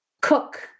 cook